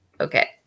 Okay